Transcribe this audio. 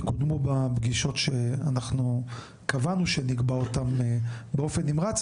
יקודמו בפגישות שאנחנו קבענו שנקבע אותם באופן נמרץ.